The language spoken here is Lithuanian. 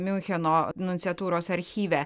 miuncheno nunciatūrose archyve